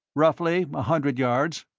roughly, a hundred yards.